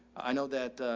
i know that,